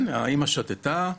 האמא שתתה,